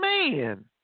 man